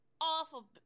awful